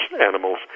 animals